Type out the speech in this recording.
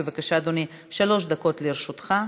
בבקשה, אדוני, שלוש דקות לרשותך.